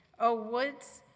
oh woods,